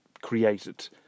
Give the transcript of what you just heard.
created